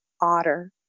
otter